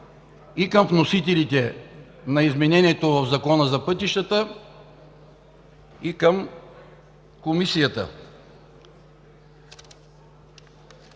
и към вносителите на изменението в Закона за пътищата, и към Комисията.